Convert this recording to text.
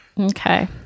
Okay